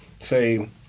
say